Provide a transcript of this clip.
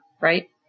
right